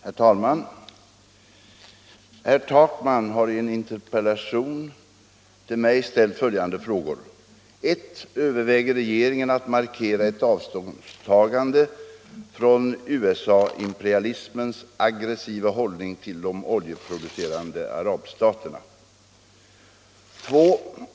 Herr talman! Herr Takman har i en interpellation till mig ställt följande frågor: 1. Överväger regeringen att markera ett avståndstagande från USA imperialismens aggressiva hållning till de oljeproducerande arabstaterna? 2.